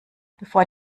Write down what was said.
bevor